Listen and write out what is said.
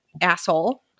asshole